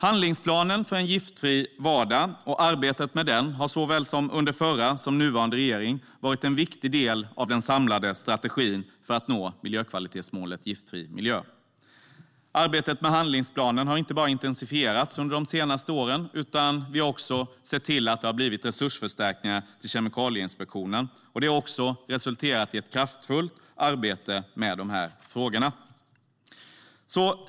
Handlingsplanen för en giftfri vardag och arbetet med den har under såväl den förra som den nuvarande regeringen varit en viktig del av den samlade strategin för att nå miljökvalitetsmålet Giftfri miljö. Arbetet med handlingsplanen har inte bara intensifierats under de senaste åren, utan vi har också sett till att Kemikalieinspektionen har fått resursförstärkningar. Det har resulterat i ett kraftfullt arbete med de här frågorna.